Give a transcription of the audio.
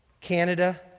Canada